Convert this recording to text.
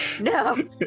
No